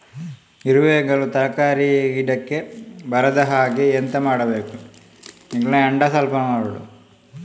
ಇರುವೆಗಳು ತರಕಾರಿ ಗಿಡಕ್ಕೆ ಬರದ ಹಾಗೆ ಎಂತ ಮಾಡುದು?